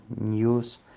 news